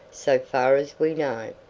so far as we know.